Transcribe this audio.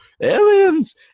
aliens